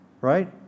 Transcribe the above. Right